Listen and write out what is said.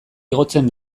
igotzen